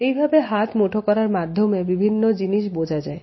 এভাবে হাত মুঠো করার মাধ্যমে বিভিন্ন জিনিস বোঝা যায়